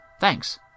thanks